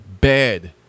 bad